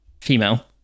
female